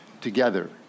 together